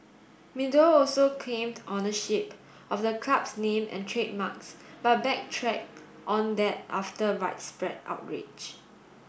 meadow also claimed ownership of the club's name and trademarks but backtracked on that after widespread outrage